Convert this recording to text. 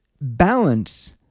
balance